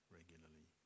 regularly